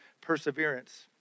perseverance